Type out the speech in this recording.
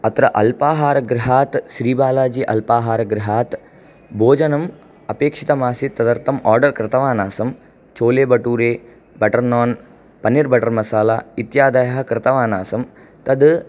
अत्र अल्पाहारगृहात् श्रीबालाजी अल्पाहारगृहात् भोजनम् अपेक्षितम् आसीत् तदर्थं आर्डर् कृतवान् आसम् छोलेभटुरे बटर् नान् पनीर् बटर् मसाला इत्यादयः कृतवान् आसम् तत्